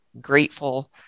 grateful